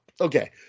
okay